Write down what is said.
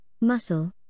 muscle